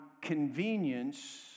convenience